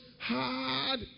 hard